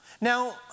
Now